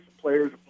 players